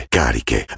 cariche